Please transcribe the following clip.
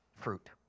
fruit